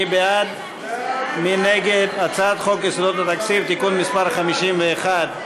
מי בעד ומי נגד הצעת חוק יסודות התקציב (תיקון מס' 51)?